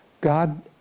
God